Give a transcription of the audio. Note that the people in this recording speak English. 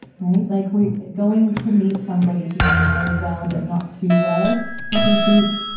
right. like we, going to meet somebody who you know well, but not too well. like i think,